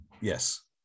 Yes